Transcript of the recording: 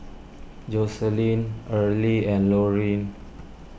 Joycelyn Earlie and Lorine